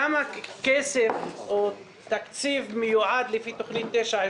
כמה כסף או תקציב מיועד לתוכנית 922?